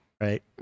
Right